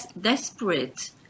desperate